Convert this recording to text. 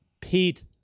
Pete